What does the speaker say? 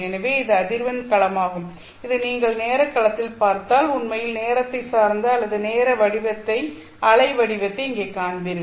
எனவே இது அதிர்வெண் களமாகும் இதை நீங்கள் நேர களத்தில் பார்த்தால் உண்மையில் நேரத்தை சார்ந்த அல்லது நேர அலைவடிவத்தை இங்கே காண்பீர்கள்